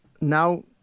now